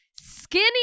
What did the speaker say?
skinny